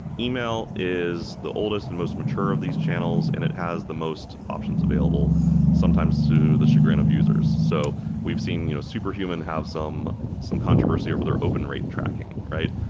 email is the oldest and most mature of these channels and it has the most options available sometimes to the chagrin of users. so we've seen you know superhuman have some some controversy over their open rate tracking, right?